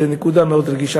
לנקודה מאוד רגישה.